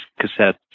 cassettes